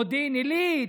מודיעין עילית,